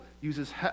uses